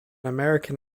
american